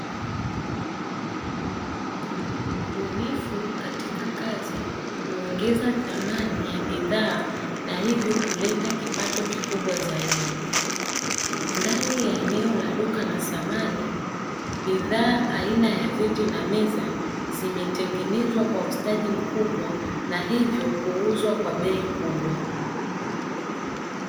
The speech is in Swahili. Ubunifu katika Kazi huongeza thamani ya bidhaa na hivyo kuleta kipato kikubwa zaidi. Ndani ya eneo la duka la samani bidhaa aina ya viti na meza zimetengenezwa kwa ustadi mkubwa na hivyo kuuzwa kwa bei kubwa.